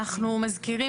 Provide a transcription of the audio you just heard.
אנחנו מזכירים